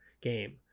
game